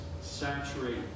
saturate